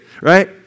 Right